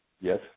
yes